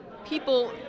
People